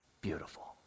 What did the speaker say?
Beautiful